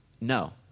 no